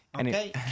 Okay